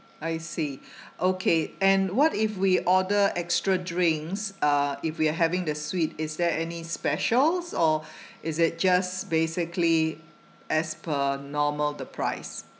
I see okay and what if we order extra drinks uh if we are having the suite is there any specials or is it just basically as per normal the price